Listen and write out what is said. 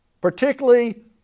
Particularly